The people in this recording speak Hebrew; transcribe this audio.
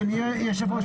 אדוני היושב-ראש,